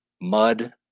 mud